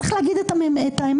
צריך להגיד את האמת,